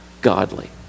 godly